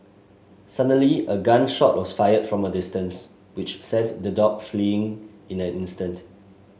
suddenly a gun shot was fired from a distance which sent the dogs fleeing in an instant